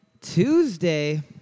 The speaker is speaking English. Tuesday